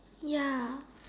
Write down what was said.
ya